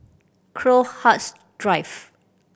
Crowhurst Drive